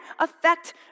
affect